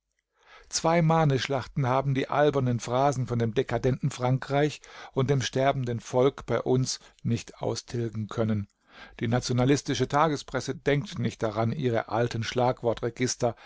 zwei marneschlachten haben die albernen phrasen von dem dekadenten frankreich und dem sterbenden volk bei uns nicht austilgen können die nationalistische tagespresse denkt nicht daran ihre alten